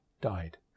died